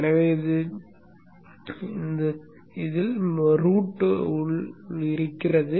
எனவே முழு விஷயமும் ரூட் உள் இருக்கிறது